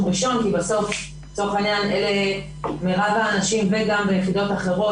ראשון כי בסוף לצורך העניין אלה מרב האנשים וגם היחידות האחרות